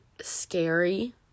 scary